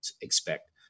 expect